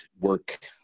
work